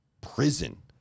prison